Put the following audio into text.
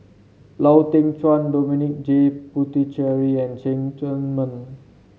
Lau Teng Chuan Dominic J Puthucheary and Cheng Tsang Man